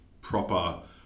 proper